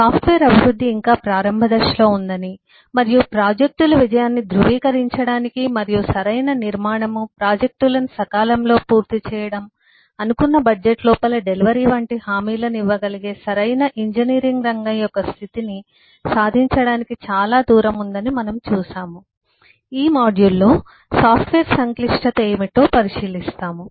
software అభివృద్ధి ఇంకా ప్రారంభ దశలో ఉందని మరియు ప్రాజెక్టుల విజయాన్ని ధృవీకరించడానికి మరియు సరైన నిర్మాణం ప్రాజెక్టులను సకాలంలో పూర్తి చేయడం అనుకున్నబడ్జెట్ లోపల డెలివరీ వంటి హామీలను ఇవ్వగలిగే సరైన ఇంజనీరింగ్ రంగం యొక్క స్థితిని సాధించడానికి చాలా దూరం ఉందని మనము చూశాము ఈ మాడ్యూల్లో సాఫ్ట్వేర్ సంక్లిష్టత ఏమిటో పరిశీలిస్తాము